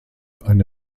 eine